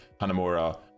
Hanamura